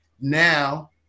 Now